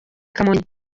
kamonyi